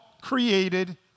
created